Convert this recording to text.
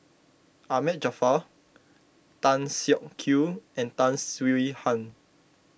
Ahmad Jaafar Tan Siak Kew and Tan Swie Hian